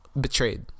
betrayed